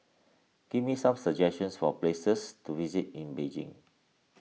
give me some suggestions for places to visit in Beijing